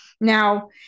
Now